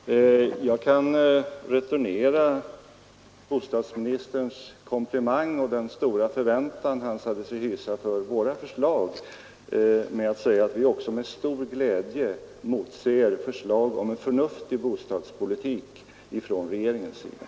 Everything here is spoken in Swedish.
Herr talman! Jag kan returnera bostadsministerns komplimang och den stora förväntan han sade sig hysa inför våra förslag med att säga att vi på vårt håll med stor glädje motser förslag från regeringen om en förnuftig bostadspolitik.